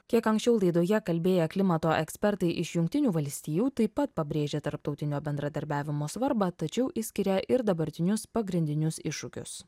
kiek anksčiau laidoje kalbėję klimato ekspertai iš jungtinių valstijų taip pat pabrėžia tarptautinio bendradarbiavimo svarbą tačiau išskiria ir dabartinius pagrindinius iššūkius